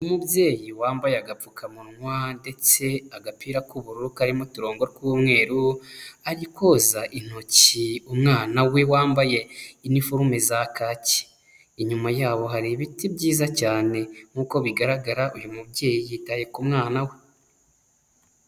Umubyeyi wambaye agapfukamunwa ndetse agapira k'ubururu karimo uturongo tw'umweru, ari koza intoki umwana we wambaye iniforume za kaki, inyuma yabo hari ibiti byiza cyane nkuko bigaragara uyu mubyeyi yitaye ku mwana we.